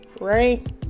right